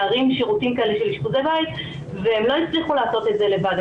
להרים שירותים כאלה של אשפוזי בית והם לא הצליחו לעשות את זה לבד,